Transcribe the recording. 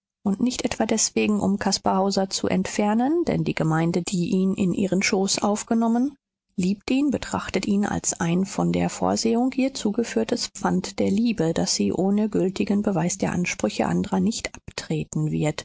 und nicht etwa deswegen um caspar hauser zu entfernen denn die gemeinde die ihn in ihren schoß aufgenommen liebt ihn betrachtet ihn als ein von der vorsehung ihr zugeführtes pfand der liebe das sie ohne gültigen beweis der ansprüche andrer nicht abtreten wird